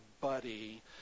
buddy